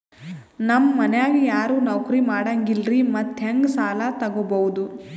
ನಮ್ ಮನ್ಯಾಗ ಯಾರೂ ನೌಕ್ರಿ ಮಾಡಂಗಿಲ್ಲ್ರಿ ಮತ್ತೆಹೆಂಗ ಸಾಲಾ ತೊಗೊಬೌದು?